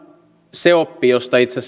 se oppi josta itse